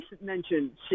mentioned